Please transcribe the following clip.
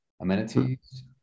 amenities